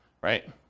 right